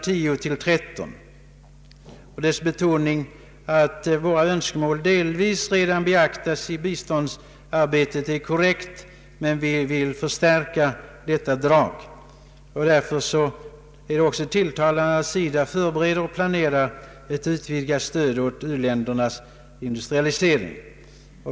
10—13 i utlåtandet. Betoningen att våra önskemål redan delvis beaktas i biståndsarbetet är korrekt, men vi vill förstärka detta drag. Det är därför tilltalande att SIDA förbereder och planerar ett utvidgat stöd till u-ländernas industrialisering.